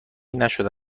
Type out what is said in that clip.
نشده